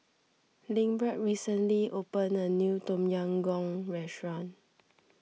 Lindbergh recently opened a new Tom Yam Goong restaurant